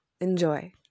enjoy